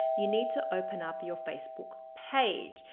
you need to open up your facebook page.